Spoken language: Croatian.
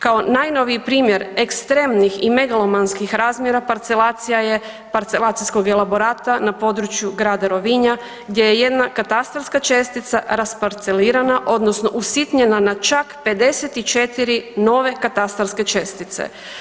Kao najnoviji primjer ekstremnih i megalomanskih razmjera parcelacija je parcelacijskog elaborata na područja grada Rovinja gdje je jedna katastarska čestica rasparcelirana odnosno usitnjena na čak 54 nove katastarske čestice.